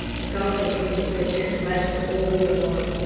the cultural, spiritual. that just clashes all the time.